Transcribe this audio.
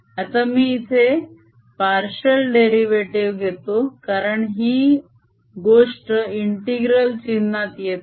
आता मी इथे पार्शिअल डेरीवेटीव घेतो कारण ही गोष्ट इंटीग्रल चिन्हात येत नाही